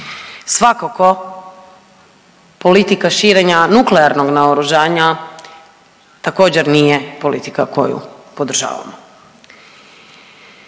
Svakako politika širenja nuklearnog naoružanja također, nije politika koju podržavamo.